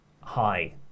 Hi